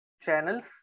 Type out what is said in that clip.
channels